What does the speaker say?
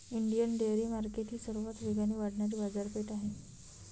Indian dairy market ही सर्वात वेगाने वाढणारी बाजारपेठ आहे